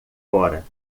fora